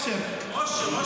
אור, אושר, לא אור.